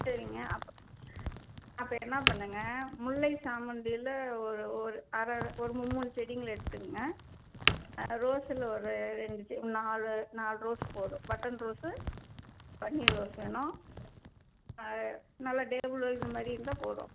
சரிங்க அப்போ அப்போ என்ன பண்ணுங்கள் முல்லை சாமந்தியில் ஒரு ஒரு அரை ஒரு மும்மூணு செடிகள எடுத்துக்கங்க ரோஸில் ஒரு ரெண்டு நாலு நாலு ரோஸ் போதும் பட்டன் ரோஸு பன்னீர் ரோஸ் வேணும் நல்ல டேபிளு இதுமாதிரி இருந்தால் போதும்